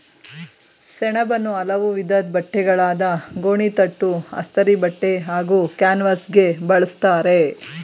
ಸೆಣಬನ್ನು ಹಲವು ವಿಧದ್ ಬಟ್ಟೆಗಳಾದ ಗೋಣಿತಟ್ಟು ಅಸ್ತರಿಬಟ್ಟೆ ಹಾಗೂ ಕ್ಯಾನ್ವಾಸ್ಗೆ ಬಳುಸ್ತರೆ